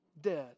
dead